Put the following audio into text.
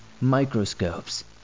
microscopes